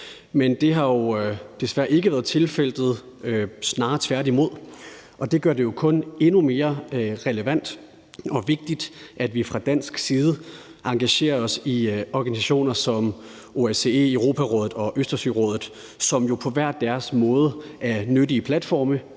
Men det har jo desværre ikke været tilfældet – snarere tværtimod – og det gør det jo kun endnu mere relevant og vigtigt, at vi fra dansk side engagerer os i organisationer som OSCE, Europarådet og Østersørådet, som jo på hver deres måde er nyttige platforme,